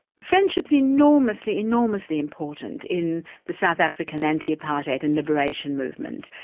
friendship is enormously, enormously important in the south african anti-apartheid and liberation movement,